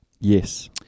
Yes